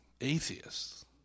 atheists